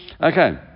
Okay